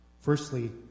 Firstly